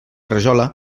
rajola